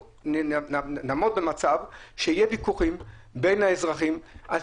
ונעמוד במצב שיהיו ויכוחים בין האזרחים על